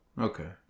Okay